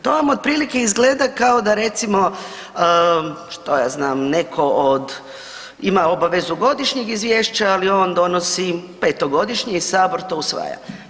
To vam otprilike izgleda kao da recimo što ja znam, netko od ima obavezu godišnjeg izvješća, ali on donosi petogodišnje i sabor to usvaja.